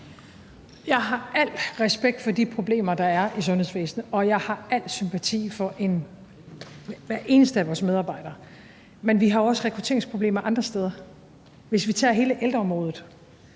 Jeg har al respekt for de problemer, der er i sundhedsvæsenet, og jeg har al sympati for hver eneste af vores medarbejdere, men vi har også rekrutteringsproblemer andre steder. Hvis vi tager hele ældreområdet,